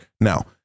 Now